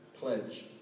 pledge